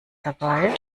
dabei